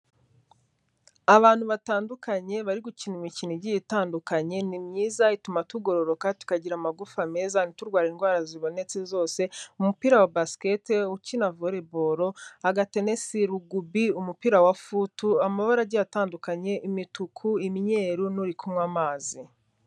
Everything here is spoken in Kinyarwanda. Abantu batandukanye bari gukina imikino igiye itandukanye, ni myiza ituma tugororoka tukagira amagufa meza, ntirurwara indwara zibonetse zose, umupira wa basketbal, ukina volleyball, agatenesi, rugubi, umupira wa foot, amabara agiye atandukanye imituku, imyeru n'uri kunywa amazi.